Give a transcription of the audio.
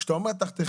כשאתה אומר תחתיכם